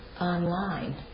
online